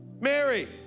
Mary